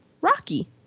Rocky